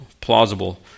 plausible